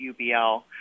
UBL